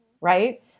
Right